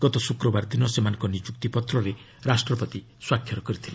ଗତ ଶୁକ୍ରବାର ଦିନ ସେମାନଙ୍କ ନିଯୁକ୍ତି ପତ୍ରରେ ରାଷ୍ଟପତି ସ୍କାକ୍ଷର କରିଥିଲେ